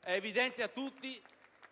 È evidente a tutti